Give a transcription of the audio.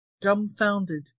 dumbfounded